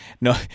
No